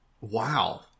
Wow